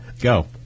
Go